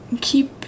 keep